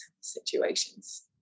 situations